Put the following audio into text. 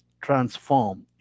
Transform